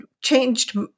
changed